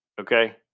Okay